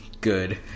good